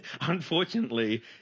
unfortunately